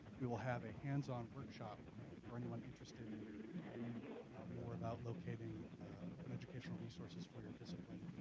we will have a hands on workshop for anyone interested in finding more about locating open educational resources for your discipline.